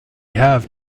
have